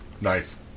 Nice